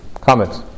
comments